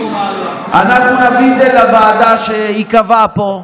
אנחנו נביא את זה לוועדה שתיקבע פה,